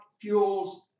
fuels